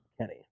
kenny